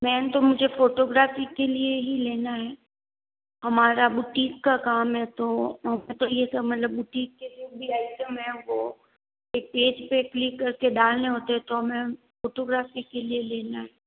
man तो मुझे photography के लिए ही लेना है हमारा बुटीक का काम है तो ये सब मतलब बुटीक के जो भी आइटम है वो पेज पे क्लिक करके डालने होते है तो हमें फोटोग्राफी के लिए लेना है